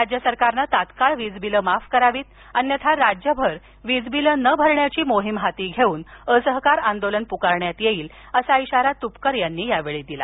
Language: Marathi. राज्यसरकारनं तात्काळ वीज बिलं माफ करावीत अन्यथा राज्यभर विजबिलं न भरण्याची मोहीम हाती घेवून असहकार आंदोलन पुकारण्यात येईल अशा इशारा तुपकर यांनी यावेळी दिला